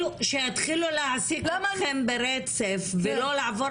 שיתחילו להעסיק אתכם ברצף ולא לעבור